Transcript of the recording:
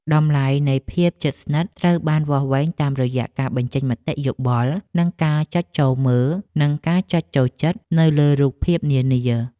តម្លៃនៃភាពជិតស្និទ្ធត្រូវបានវាស់វែងតាមរយៈការបញ្ចេញមតិយោបល់ និងការចុចចូលចិត្តនៅលើរូបភាពនានា។